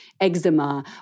eczema